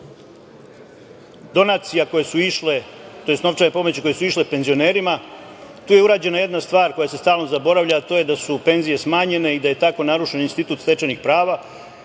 donacija, tj. novčanih pomoći koje su išle penzionerima, tu je urađena jedna stvar koja se stalno zaboravlja, a to je da su penzije smanjene i da je tako narušen institut stečenih prava,